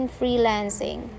freelancing